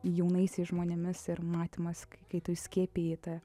jaunaisiais žmonėmis ir matymas kai tu įskiepji tą